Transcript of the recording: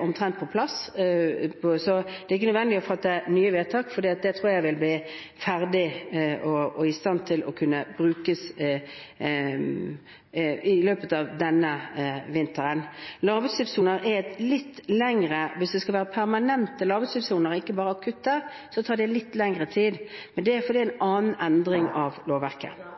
omtrent på plass. Så det er ikke nødvendig å fatte nye vedtak, for den tror jeg vil bli ferdig og i stand til å kunne brukes i løpet av denne vinteren. Til lavutslippssoner: Hvis det skal være permanente lavutslippssoner og ikke bare akutte, tar det litt lengre tid. Det er fordi det er en annen endring av lovverket.